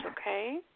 okay